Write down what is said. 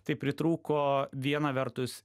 tai pritrūko viena vertus